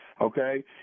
Okay